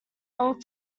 long